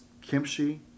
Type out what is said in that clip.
kimchi